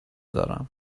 دارم